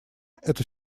эта